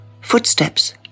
Footsteps